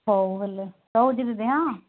ହଉ ବଲେ ରହୁଛି ଦିଦି ହଁ